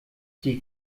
die